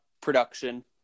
production